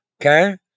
okay